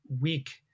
weak